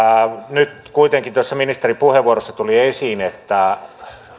nyt kuitenkin tässä ministerin puheenvuorossa tuli esiin että